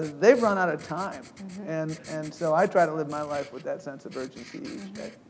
they've run out of time and and so, i try to live my life with that sense of urgency each day.